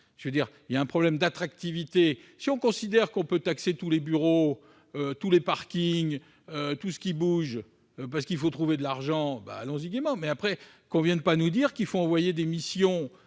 en compte les problèmes d'attractivité. Si l'on considère que l'on peut taxer tous les bureaux, tous les parkings, et même tout ce qui bouge, parce qu'il faut trouver de l'argent, allons-y gaiement ! Mais, je le répète, que l'on ne vienne pas nous dire qu'il faut envoyer des missions